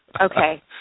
Okay